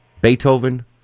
Beethoven